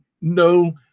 No